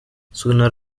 sooner